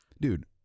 dude